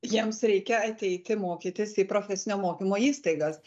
jiems reikia ateiti mokytis į profesinio mokymo įstaigas